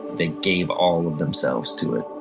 they gave all of themselves to it.